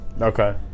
Okay